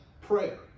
prayer